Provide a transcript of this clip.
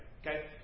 Okay